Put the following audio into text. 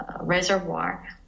reservoir